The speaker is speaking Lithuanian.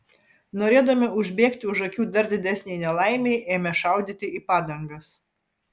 norėdami užbėgti už akių dar didesnei nelaimei ėmė šaudyti į padangas